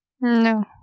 No